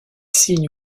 signent